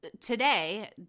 today